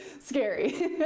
scary